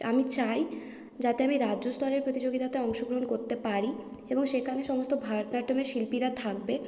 আমি চাই যাতে আমি রাজ্য স্তরের প্রতিযোগিতাতে অংশগ্রহণ করতে পারি এবং সেখানে সমস্ত ভারতনাট্টামের শিল্পীরা থাকবে